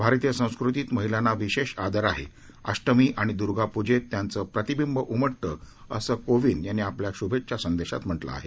भारतीय संस्कृतीत महिलांना विशेष आदर आहे अष्टमी आणि दुर्गा पूजेत त्याचं प्रतिबिंब उमटतं असं कोविंद यांनी आपल्या शुभेच्छा संदेशात म्हटलं आहे